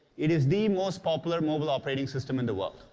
it is the most popular mobile operating system in the world.